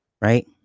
right